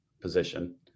position